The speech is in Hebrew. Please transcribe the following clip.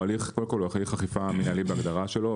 כל הוא הליך אכיפה מינהלי בהגדרה שלו,